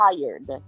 tired